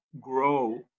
grow